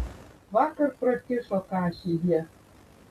vakar prakišo kašį jie